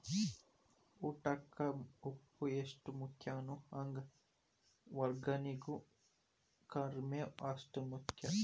ಊಟಕ್ಕ ಉಪ್ಪು ಎಷ್ಟ ಮುಖ್ಯಾನೋ ಹಂಗ ವಗ್ಗರ್ನಿಗೂ ಕರ್ಮೇವ್ ಅಷ್ಟ ಮುಖ್ಯ